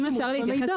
אם אפשר להתייחס,